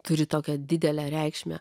turi tokią didelę reikšmę